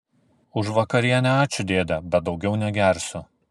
už vakarienę ačiū dėde bet daugiau negersiu